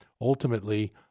ultimately